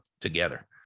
together